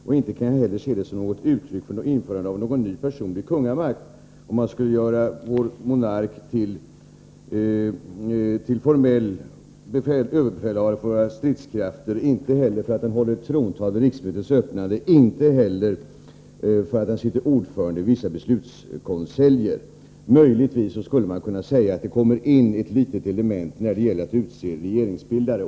Inte heller kan jag se det som ett uttryck för en önskan om införande av en ny personlig kungamakt, om man skulle göra vår monark till formell överbefälhavare för våra stridskrafter eller om han håller trontalet vid riksmötets öppnande eller om han sitter som ordförande vid vissa beslutskonseljer. Möjligen skulle man kunna säga att det kommer in ett litet element i det avseendet när det gäller att utse regeringsbildare.